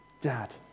Dad